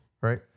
Right